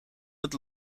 het